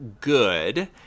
good